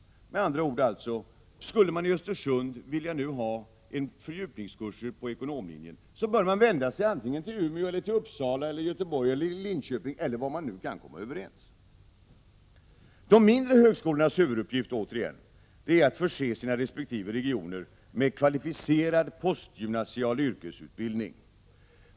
Med andra ord: Skulle man i Östersund vilja ha en fördjupningskurs på ekonomlinjen bör man vända sig till Umeå, Uppsala, Göteborg, Linköping eller någon annan ort som man komma överens om. De mindre högskolornas huvuduppgift är att förse sina resp. regioner med kvalificerad postgymnasial yrkesutbildning.